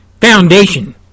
foundation